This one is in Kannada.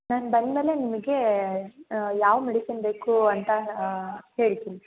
ನಾನು ಬಂದ ಮೇಲೆ ನಿಮಗೆ ಯಾವ ಮೆಡಿಷನ್ ಬೇಕು ಅಂತ ಹೇಳ್ತೀನಿ